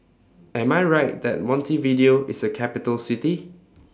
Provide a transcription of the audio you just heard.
Am I Right that Montevideo IS A Capital City